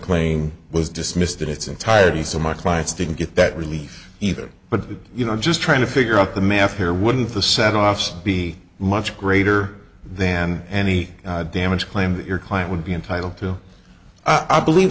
claim was dismissed in its entirety so my clients didn't get that relief either but you know just trying to figure out the math here wouldn't the set offs be much greater then any damage claim that your client would be entitled to i believe